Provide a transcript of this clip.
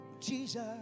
Jesus